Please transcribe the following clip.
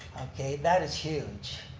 that is huge.